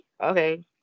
okay